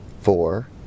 Four